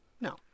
No